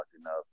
enough